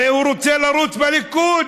הרי הוא רוצה לרוץ בליכוד,